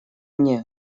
мне